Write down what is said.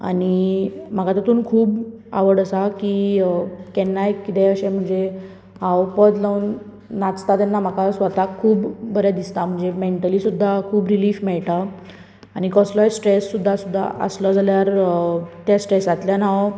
आनी म्हाका तेतून खूब आवड आसा की केन्नाय अशें कितेंय म्हणजे हांव पद लावून नाचता तेन्ना म्हाका स्वताक खूब बरें दिसता म्हणजे मॅन्टली सुद्दां खूब रिलीफ मेळटा आनी कसलोय स्ट्रेस सुद्दां सुद्दां आसलो जाल्यार ते स्ट्रेसांतल्यान हांव